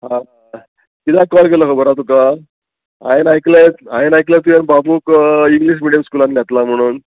आं किद्याक कॉल केलो खबर आहा तुका हांयेंन आयकलें हांयेंन आयकलें तुवेंन बाबूक इंग्लीश मिडियम स्कुलान घातला म्हणून